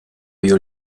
you